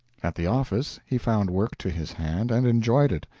at the office he found work to his hand, and enjoyed it.